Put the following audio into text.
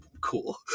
cool